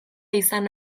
izan